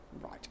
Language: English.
Right